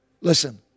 Listen